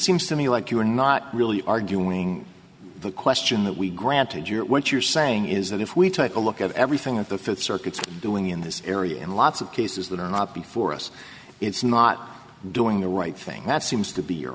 seems to me like you're not really arguing the question that we granted you're what you're saying is that if we take a look at everything and the circuits doing in this area and lots of cases that are not before us it's not doing the right thing that seems to be your